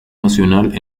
nacional